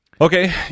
Okay